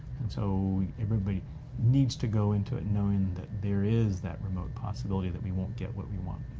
and so everybody needs to go into it knowing that there is that remote possibility, that we won't get what we want.